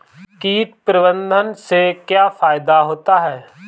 कीट प्रबंधन से क्या फायदा होता है?